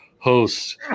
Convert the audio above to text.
hosts